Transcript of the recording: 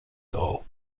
though